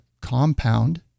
compound